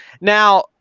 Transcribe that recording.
Now